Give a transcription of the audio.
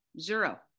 Zero